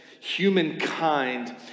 humankind